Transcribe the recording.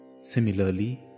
Similarly